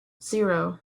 zero